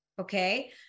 okay